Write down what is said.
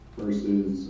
versus